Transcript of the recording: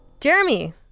Jeremy